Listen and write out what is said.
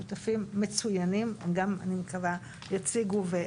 שותפים מצוינים, הם גם, אני מקווה, יציגו ויסבירו.